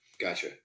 Gotcha